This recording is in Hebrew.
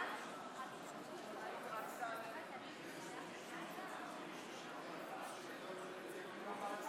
חברי הכנסת, להלן תוצאות ההצבעה: בעד,